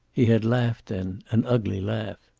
he had laughed then, an ugly laugh.